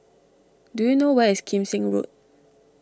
do you know where is Kim Seng Road